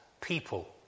people